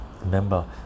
Remember